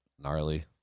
gnarly